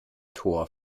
tor